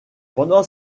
pendant